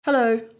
Hello